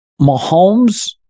Mahomes –